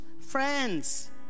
friends